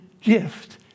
gift